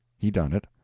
he done it.